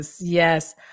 yes